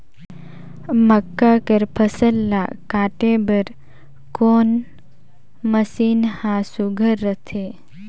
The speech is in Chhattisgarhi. मक्का कर फसल ला काटे बर कोन मशीन ह सुघ्घर रथे?